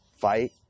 fight